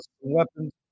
weapons